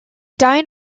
died